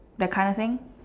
that kind of thing